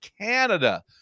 Canada